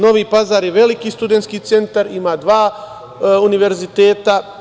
Novi Pazar je veliki studentski centar, ima dva univerziteta.